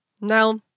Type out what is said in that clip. now